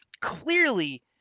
clearly